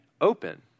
open